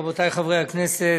רבותי חברי הכנסת,